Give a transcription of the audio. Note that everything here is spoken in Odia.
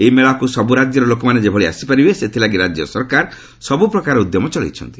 ଏହି ମେଳାକୁ ସବୁ ରାଜ୍ୟର ଲୋକମାନେ ଯେଭଳି ଆସିପାରିବେ ସେଥିଲାଗି ରାଜ୍ୟ ସରକାର ସବୁ ପ୍ରକାର ଉଦ୍ୟମ ଚଳାଇଛନ୍ତି